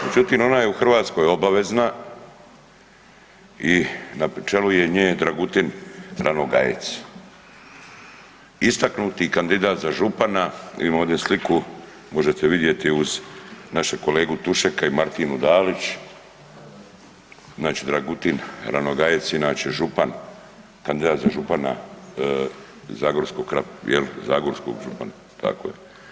Međutim, ona je u Hrvatskoj obavezna i na čelu je nje Dragutin Ranogajec, istaknuti kandidat za župana, imam ovdje sliku možete vidjeti uz našeg kolegu Tušeka i Martinu Dalić, znači Dragutin Ranogajec je inače župan, kandidat za župana jel, zagorskog župana tako je.